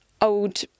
old